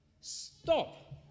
Stop